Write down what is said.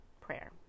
prayer